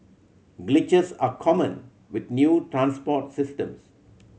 glitches are common with new transport systems